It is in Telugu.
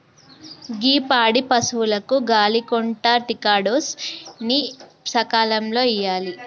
గీ పాడి పసువులకు గాలి కొంటా టికాడోస్ ని సకాలంలో ఇయ్యాలి